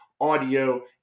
audio